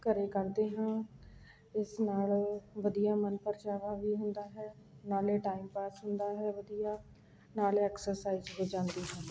ਘਰ ਕਰਦੇ ਹਾਂ ਇਸ ਨਾਲ ਵਧੀਆ ਮਨ ਪ੍ਰਚਾਵਾ ਵੀ ਹੁੰਦਾ ਹੈ ਨਾਲੇ ਟਾਈਮ ਪਾਸ ਹੁੰਦਾ ਹੈ ਵਧੀਆ ਨਾਲੇ ਐਕਸਰਸਾਈਜ਼ ਹੋ ਜਾਂਦੀ ਹੈ